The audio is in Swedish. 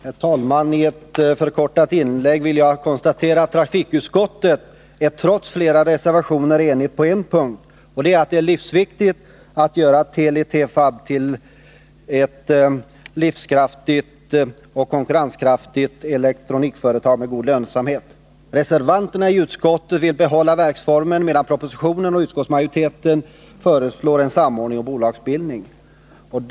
Herr talman! I ett förkortat inlägg vill jag konstatera att trafikutskottet trots flera reservationer är enigt på en viktig punkt, och det är att göra Teli-Tefab till ett livskraftigt och konkurrenskraftigt elektronikföretag med god lönsamhet. Reservanterna i utskottet vill behålla verksformen, medan propositionen och utskottsmajoriteten föreslår en samordning och bolags 181 bildning.